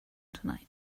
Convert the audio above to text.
tonight